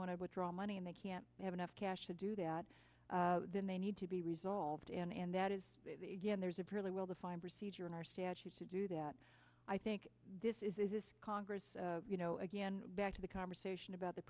to withdraw money and they can't have enough cash do that then they need to be resolved and that is again there's a fairly well defined procedure in our statutes to do that i think this is this congress you know again back to the conversation about the